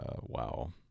Wow